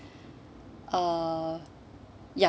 uh ya